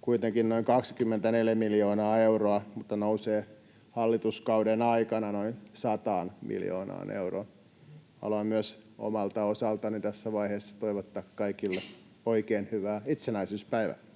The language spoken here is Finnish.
kuitenkin noin 24 miljoonaa euroa, mutta se nousee hallituskauden aikana noin 100 miljoonaan euroon. Haluan myös omalta osaltani tässä vaiheessa toivottaa kaikille oikein hyvää itsenäisyyspäivää.